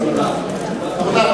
רבותי,